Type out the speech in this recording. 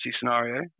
scenario